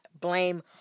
blame